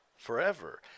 forever